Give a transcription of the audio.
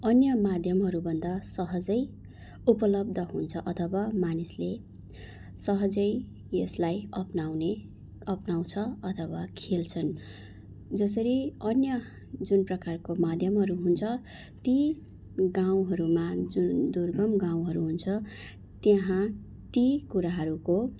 अन्य माध्यमहरूभन्दा सहजै उपलब्ध हुन्छ अथवा मानिसले सहजै यसलाई अप्नाउने अप्नाउँछ अथवा खेल्छन् जसरी अन्य जुन प्रकारको माध्यमहरू हुन्छ ती गाउँहरूमा जुन दुर्गम गाउँहरू हुन्छ त्यहाँ ती कुराहरूको